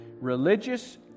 religious